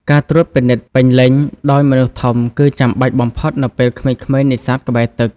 ការត្រួតពិនិត្យពេញលេញ ដោយមនុស្សធំគឺចាំបាច់បំផុតនៅពេលក្មេងៗនេសាទក្បែរទឹក។